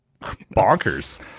bonkers